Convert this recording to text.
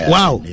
Wow